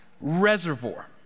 reservoir